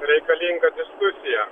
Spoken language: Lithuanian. reikalinga diskusija